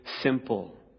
simple